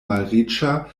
malriĉa